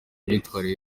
imyitwarire